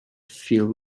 filled